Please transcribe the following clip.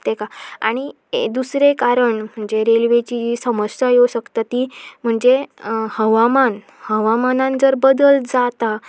तेका आनी दुसरें कारण म्हणजे रेल्वेची जी समस्या येवं शकता ती म्हणजे हवामान हवामानान जर बदल जाता